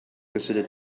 consider